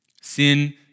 Sin